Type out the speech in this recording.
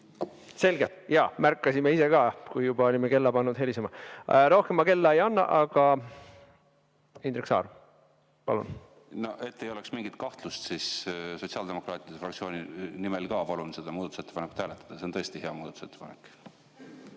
Selge. Jaa, me märkasime ise ka, kui olime juba kella pannud helisema. Rohkem ma kella ei anna. Indrek Saar, palun! Et ei oleks mingit kahtlust, siis sotsiaaldemokraatide fraktsiooni nimel palun seda muudatusettepanekut hääletada. See on tõesti hea muudatusettepanek.